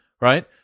right